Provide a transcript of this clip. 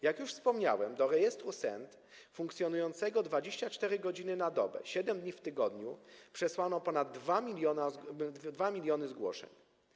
Jak już wspomniałem, do rejestru SENT, funkcjonującego 24 godziny na dobę przez 7 dni w tygodniu, przesłano ponad 2 mln zgłoszeń.